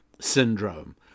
syndrome